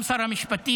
וגם שר המשפטים.